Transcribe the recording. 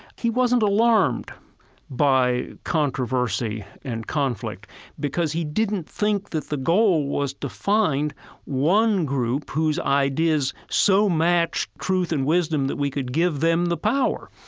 he wasn't alarmed by controversy and conflict because he didn't think that the goal was to find one group whose ideas so matched truth and wisdom that we could give them the power.